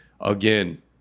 again